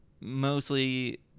mostly